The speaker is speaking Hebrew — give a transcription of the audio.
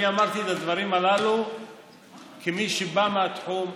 אני אמרתי את הדברים הללו כמי שבא מהתחום,